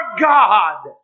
God